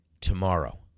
tomorrow